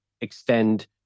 extend